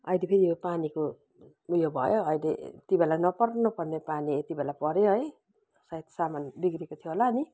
अहिले फेरि यो पानीको उयो भयो अहिले यति बेला नपर्नु पर्ने पानी यति बेला पर्यो है सायद सामान बिग्रिएको थियो होला नि